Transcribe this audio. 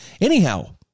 Anyhow